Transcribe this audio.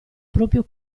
proprio